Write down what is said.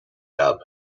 dub